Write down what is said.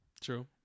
True